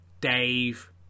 Dave